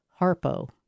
Harpo